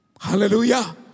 Hallelujah